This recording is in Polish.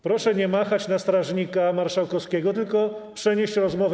Proszę nie machać na strażnika marszałkowskiego, tylko przenieść rozmowę.